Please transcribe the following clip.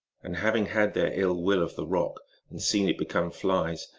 and having had their ill-will of the rock and seen it become flies,